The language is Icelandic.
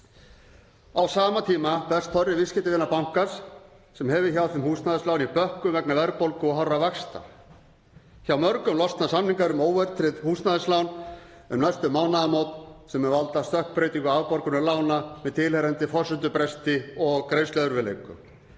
Á sama tíma berst þorri viðskiptavina bankans sem hefur hjá þeim húsnæðislán í bökkum vegna verðbólgu og hárra vaxta. Hjá mörgum losna samningar um óverðtryggð húsnæðislán um næstu mánaðamót, sem mun valda stökkbreytingu á afborgunum lána með tilheyrandi forsendubresti og greiðsluerfiðleikum.